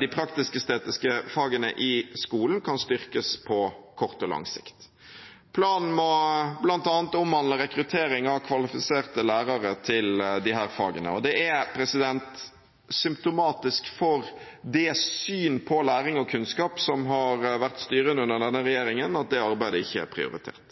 de praktisk-estetiske fagene i skolen, kan styrkes på kort og lang sikt. Planen må bl.a. omhandle rekruttering av kvalifiserte lærere til disse fagene, og det er symptomatisk for det synet på læring og kunnskap som har vært styrende under denne regjeringen, at det arbeidet ikke er prioritert.